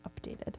updated